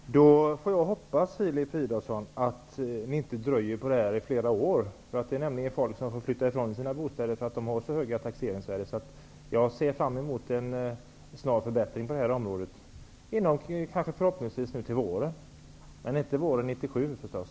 Herr talman! Då får jag hoppas, Filip Fridolfsson, att ni inte dröjer med det här i flera år. Människor får nämligen flytta ifrån sina bostäder för att de har så höga taxeringsvärden. Jag ser fram emot en snar förbättring på det här området, förhoppningsvis till våren, men inte våren 1997, förstås.